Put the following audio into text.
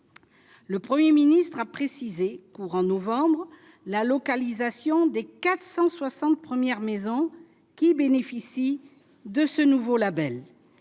Le 1er ministre a précisé courant novembre, la localisation des 460 premières maisons qui bénéficient de ce nouveau Label